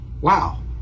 wow